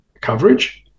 coverage